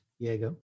Diego